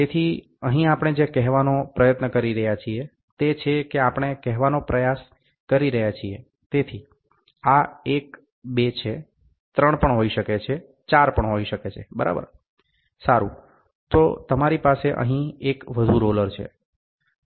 તેથી અહીં આપણે જે કહેવાનો પ્રયત્ન કરી રહ્યા છીએ તે છે કે આપણે કહેવાનો પ્રયાસ કરી રહ્યા છીએ તેથી આ 1 2 છે 3 પણ હોઈ શકે છે 4 પણ હોઈ શકે છે બરાબર સારુ તો તમારી પાસે અહીં એક વધુ રોલર છે